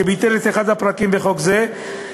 שביטל את אחד הפרקים בחוק זה,